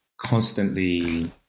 constantly